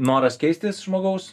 noras keistis žmogaus